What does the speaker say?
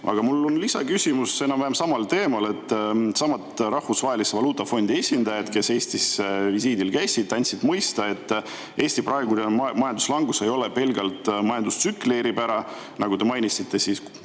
Aga mul on lisaküsimus enam-vähem samal teemal. Needsamad Rahvusvahelise Valuutafondi esindajad, kes Eestis visiidil käisid, andsid mõista, et Eesti praegune majanduslangus ei ole pelgalt majandustsükli eripära – nagu te mainisite, 2021.